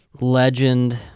legend